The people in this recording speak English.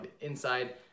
inside